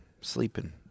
sleeping